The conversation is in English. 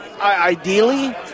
Ideally